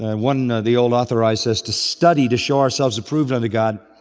and one, the old authorized says, to study to show ourselves approved unto god,